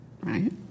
right